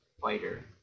fighter